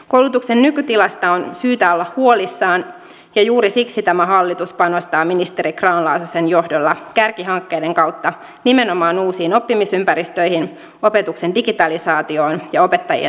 koulutuksen nykytilasta on syytä olla huolissaan ja juuri siksi tämä hallitus panostaa ministeri grahn laasosen johdolla kärkihankkeiden kautta nimenomaan uusiin oppimisympäristöihin opetuksen digitalisaatioon ja opettajien täydennyskoulutukseen